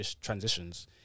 transitions